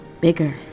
bigger